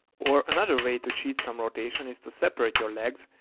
or another way to cheat some rotation is to separate your legs,